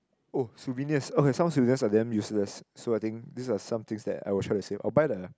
oh souvenirs okay some souvenirs are damn useless so I think this are some things that I will try to save I'll buy the